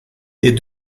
est